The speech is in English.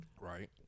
right